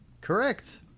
correct